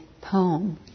poem